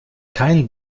keinen